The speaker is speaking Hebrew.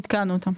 עדכנו אותם.